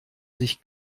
sich